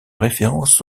référence